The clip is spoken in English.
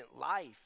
life